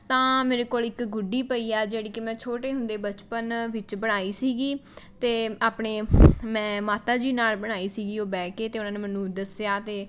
ਤਾਂ ਮੇਰੇ ਕੋਲ਼ ਇੱਕ ਗੁੱਡੀ ਪਈ ਆ ਜਿਹੜੀ ਕਿ ਮੈਂ ਛੋਟੇ ਹੁੰਦੇ ਬਚਪਨ ਵਿੱਚ ਬਣਾਈ ਸੀਗੀ ਅਤੇ ਆਪਣੇ ਮੈਂ ਮਾਤਾ ਜੀ ਨਾਲ਼ ਬਣਾਈ ਸੀਗੀ ਉਹ ਬਹਿ ਕੇ ਅਤੇ ਉਹਨਾਂ ਨੇ ਮੈਨੂੰ ਦੱਸਿਆ ਅਤੇ